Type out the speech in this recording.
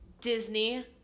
Disney